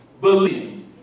believe